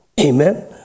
Amen